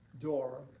door